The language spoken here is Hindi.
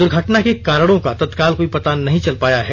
द्र्घटना के कारणों का तत्काल कोई पता नहीं चल पाया है